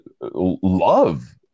love